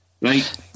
Right